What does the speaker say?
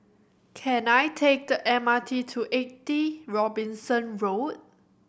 can I take the M R T to Eighty Robinson Road